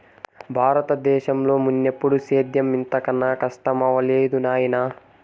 బారత దేశంలో మున్నెప్పుడూ సేద్యం ఇంత కనా కస్టమవ్వలేదు నాయనా